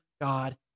God